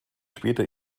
später